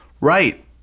Right